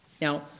Now